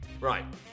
Right